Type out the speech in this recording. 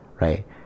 right